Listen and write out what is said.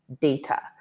data